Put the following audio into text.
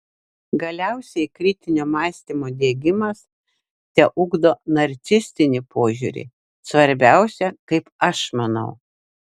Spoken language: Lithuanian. galiausiai kritinio mąstymo diegimas teugdo narcisistinį požiūrį svarbiausia kaip aš manau